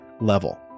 level